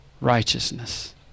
righteousness